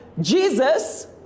jesus